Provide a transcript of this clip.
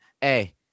hey